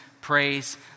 praise